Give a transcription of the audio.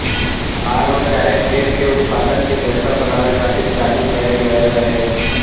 form चाहे खेत के उत्पादन के बेहतर बनावे खातिर चालू कएल गएल रहे